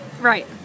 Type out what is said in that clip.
right